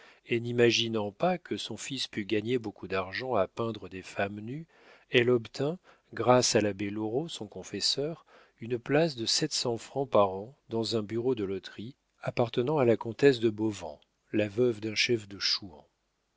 et n'imaginant pas que son fils pût gagner beaucoup d'argent à peindre des femmes nues elle obtint grâce à l'abbé loraux son confesseur une place de sept cents francs par an dans un bureau de loterie appartenant à la comtesse de bauvan la veuve d'un chef de chouans